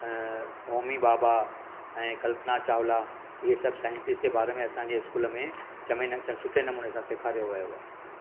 ओमी बाबा ऐं कल्पना चावला इहे सभु साइंटिस्ट जे बारे में असांजे स्कूल में सुठे नमूने सां सेखारियो वियो आहे